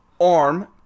arm